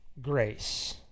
grace